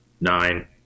Nine